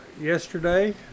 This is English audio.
yesterday